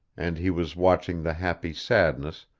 and he was watching the happy sadness,